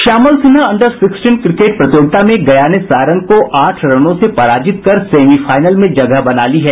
Shyamal Sinha under sixteen cricket प्रतियोगिता में गया ने सारण को आठ रनों से पराजित कर सेमीफाइनल में जगह बना ली है